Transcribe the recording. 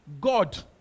God